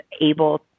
able